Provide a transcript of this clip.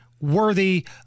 worthy